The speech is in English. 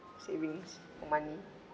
savings or money